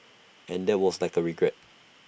and that was like regret